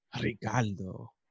Ricardo